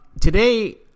today